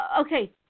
okay